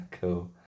Cool